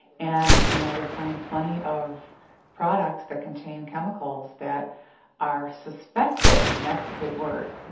and you know, you'll find plenty of products that contain chemicals that are suspected, and that's the big word, you